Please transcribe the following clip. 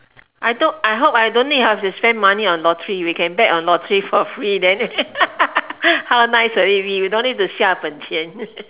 I told I hope I don't need have to spend money on lottery we can bet on lottery for free then how nice will it be we don't need to 下本钱